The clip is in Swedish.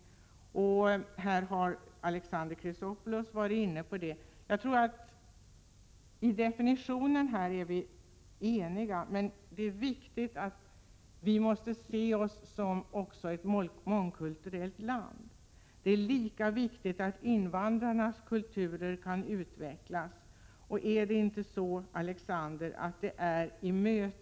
Alexander Chrisopoulos var inne på det. Jag tror att vi är eniga i fråga om definitionen, men det är viktigt att vi också ser oss som ett mångkulturellt land. Det är lika viktigt att invandrarnas kulturer kan utvecklas. Är det inte så, Alexander Chrisopoulos, att det är i mötet medoch = Prot.